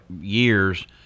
years